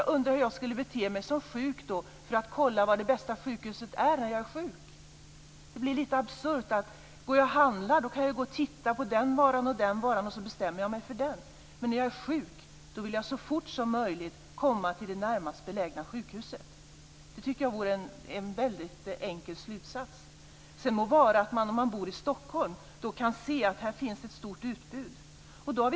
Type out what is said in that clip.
Jag undrar hur jag som sjuk skulle bete mig för att kolla vilket som är det bästa sjukhuset. Det blir lite absurt. När jag går och handlar kan jag titta på olika varor och sedan bestämma mig för någon. Men när jag är sjuk vill jag så fort som möjligt komma till det närmast belägna sjukhuset. Det tycker jag är en väldigt enkel slutsats. Sedan må det vara att det finns ett stort utbud i Stockholm.